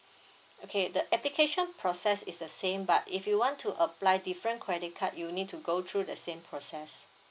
okay the application process is the same but if you want to apply different credit card you need to go through the same process